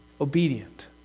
obedient